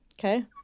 Okay